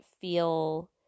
feel